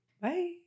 Bye